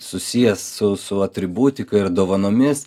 susijęs su su atributika ir dovanomis